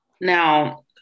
now